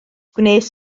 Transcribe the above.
gwnes